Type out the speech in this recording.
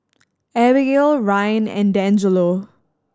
Abagail Ryne and Dangelo